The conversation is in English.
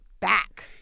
back